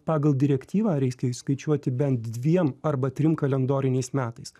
pagal direktyvą reiskia skaičiuoti bent dviem arba trim kalendoriniais metais